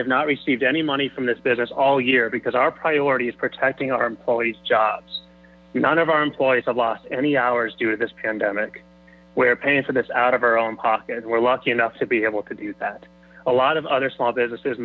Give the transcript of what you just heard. have not received any money from this all year because our priority is protecting our employees jobs none of our employees have lost any hours due to this pandemic we are paying for this out of our own pocket and we're lucky enough to be able to do that a lot of other small businesses